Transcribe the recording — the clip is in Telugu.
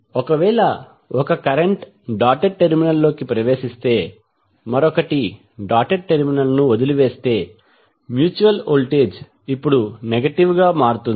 ఒకవేళ ఒక కరెంట్ డాటెడ్ టెర్మినల్ లోకి ప్రవేశిస్తే మరొకటి డాటెడ్ టెర్మినల్ ను వదిలివేస్తే మ్యూచువల్ వోల్టేజ్ ఇప్పుడు నెగటివ్ గా మారుతుంది